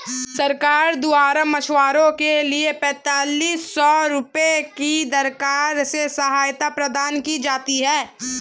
सरकार द्वारा मछुआरों के लिए पेंतालिस सौ रुपये की दर से सहायता प्रदान की जाती है